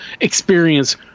experience